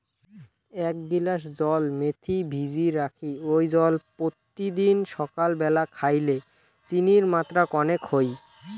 এ্যাক গিলাস জল মেথি ভিজি রাখি ওই জল পত্যিদিন সাকাল ব্যালা খাইলে চিনির মাত্রা কণেক হই